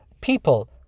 people